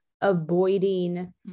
avoiding